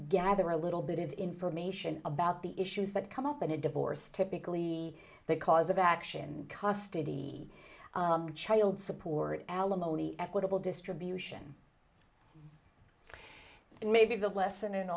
gather a little bit of information about the issues that come up in a divorce typically the cause of action custody child support alimony equitable distribution and maybe the lesson